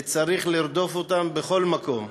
וצריך לרדוף אותם בכל מקום,